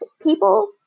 people